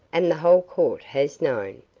and the whole court has known.